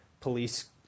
police